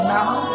now